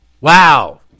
Wow